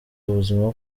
ubuzima